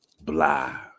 blah